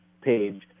page